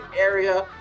area